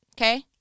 Okay